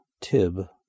Tib